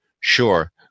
Sure